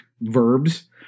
verbs